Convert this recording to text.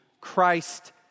Christ